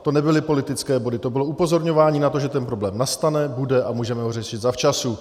To nebyly politické body, to bylo upozorňování na to, že ten problém nastane, bude a můžeme ho řešit zavčasu.